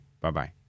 Bye-bye